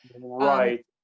Right